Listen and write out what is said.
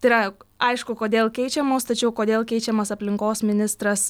tai yra aišku kodėl keičiamos tačiau kodėl keičiamas aplinkos ministras